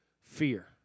Fear